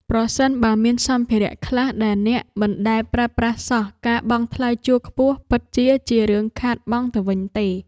ប្រសិនបើមានសម្ភារៈខ្លះដែលអ្នកមិនដែលប្រើប្រាស់សោះការបង់ថ្លៃជួលខ្ពស់ពិតជាជារឿងខាតបង់ទៅវិញទេ។